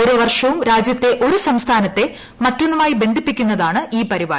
ഓരോ വർഷവും രാജ്യത്തെ ഒരു സംസ്ഥാനത്തെ മറ്റൊന്നുമായി ബന്ധിപ്പിക്കുന്നതാണ് ഈ പരിപാടി